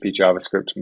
JavaScript